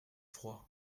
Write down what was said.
froid